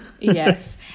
Yes